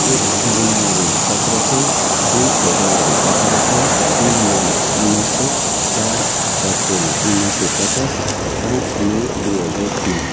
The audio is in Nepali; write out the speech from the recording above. एक जनवरी सत्र सय दुई फेब्रुअरी अठाह्र सय तिन मार्च उन्नाइस सय चार अप्रेल उन्नाइस सय पचास पाँच मई दुई हजार तिन